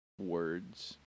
words